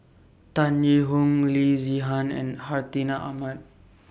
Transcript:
Tan Yee Hong Loo Zihan and Hartinah Ahmad